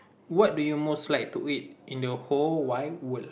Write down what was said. what do you most like to eat in the whole wide world